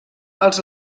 els